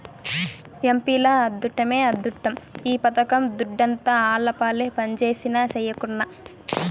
ఎంపీల అద్దుట్టమే అద్దుట్టం ఈ పథకం దుడ్డంతా ఆళ్లపాలే పంజేసినా, సెయ్యకున్నా